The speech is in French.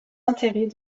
intérêts